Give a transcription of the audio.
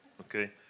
Okay